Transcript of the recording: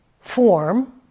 form